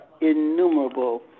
innumerable